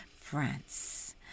france